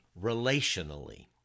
relationally